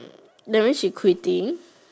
that mean she quitting